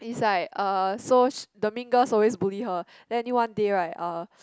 it's like uh so the mean girls always bully her then until one day right uh